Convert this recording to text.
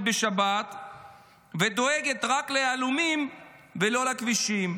בשבת ודואגת רק ליהלומים ולא לכבישים.